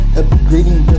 upgrading